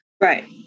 Right